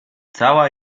cała